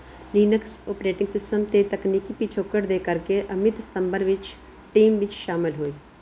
Linux operative system 'ਤੇ ਤਕਨੀਕੀ ਪਿਛੋਕੜ ਦੇ ਕਰਕੇ ਅਮਿਤ ਸਤੰਬਰ ਵਿੱਚ ਟੀਮ ਵਿੱਚ ਸ਼ਾਮਲ ਹੋਏ